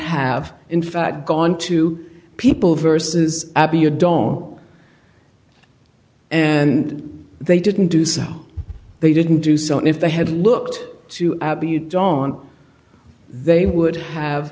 have in fact gone to people versus abby you don't know and they didn't do so they didn't do so if they had looked to you dawn they would have